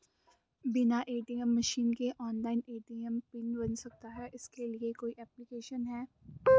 बिना ATM machine के online ATM pin बन सकता है इसके लिए कोई ऐप्लिकेशन है?